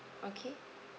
okay